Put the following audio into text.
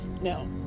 No